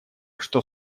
что